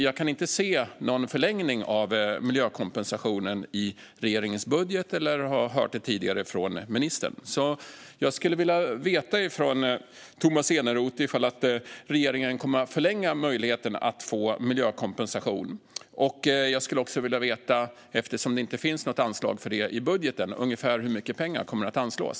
Jag kan inte se någon förlängning av miljökompensationen i regeringens budget och har inte hört om det tidigare från ministern. Jag skulle vilja veta av Tomas Eneroth om regeringen kommer att förlänga möjligheten att få miljökompensation. Eftersom det inte finns något anslag för det i budgeten skulle jag också vilja veta ungefär hur mycket pengar som kommer att anslås.